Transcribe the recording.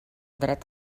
dret